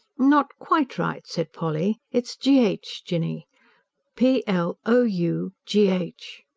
not quite right, said polly. it's g h, jinny p l o u g h.